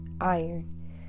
iron